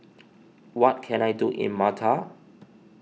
what can I do in Malta